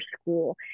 school